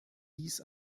dies